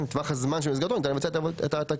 טווח הזמן של שבמסגרתו ניתן לבצע את העתקה,